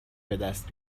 بدست